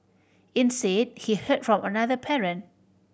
instead he heard from another parent